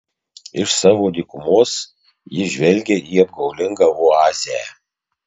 iš savo dykumos ji žvelgia į apgaulingą oazę